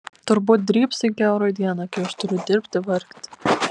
turbūt drybsai kiaurą dieną kai aš turiu dirbti vargti